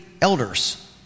elders